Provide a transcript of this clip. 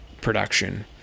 production